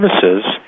services